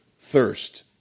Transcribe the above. thirst